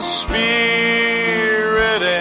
spirit